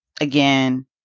again